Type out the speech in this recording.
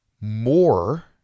more